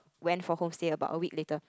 went for home stay about a week later